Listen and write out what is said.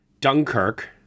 Dunkirk